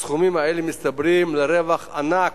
הסכומים האלה מצטברים לרווח ענק.